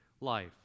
life